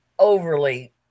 overly